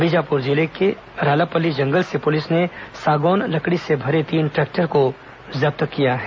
बीजापुर जिले के रालापल्ली जंगल से पुलिस ने सागौन लकड़ी से भरे तीन ट्रैक्टर को जब्त किया है